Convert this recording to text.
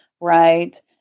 right